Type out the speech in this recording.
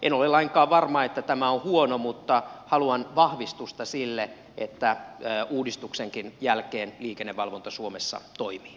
en ole lainkaan varma että tämä on huono mutta haluan vahvistusta sille että uudistuksenkin jälkeen liikennevalvonta suomessa toimii